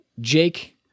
Jake